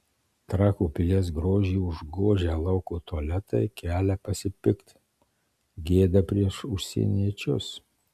trakų pilies grožį užgožę lauko tualetai kelia pasipiktinimą gėda prieš užsieniečius